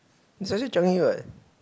is either Changi what